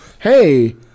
hey